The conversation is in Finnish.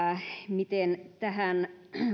miten tähän